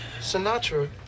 Sinatra